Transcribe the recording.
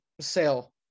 sale